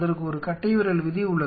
அதற்கு ஒரு கட்டைவிரல் விதி உள்ளது